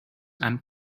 and